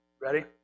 Ready